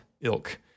ilk